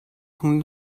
von